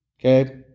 Okay